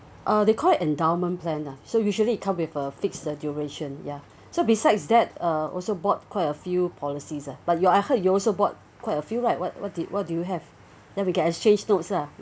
uh they call it endowment plan lah so usually come with a fixed uh duration ya so besides that uh also bought quite a few policies ah but you I heard you also bought quite a few right what what do what do you have then we can exchange notes lah